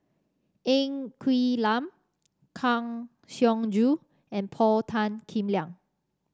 Ng Quee Lam Kang Siong Joo and Paul Tan Kim Liang